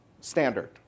standard